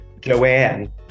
Joanne